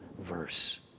verse